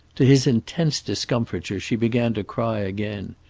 to his intense discomfiture she began to cry again.